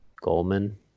goldman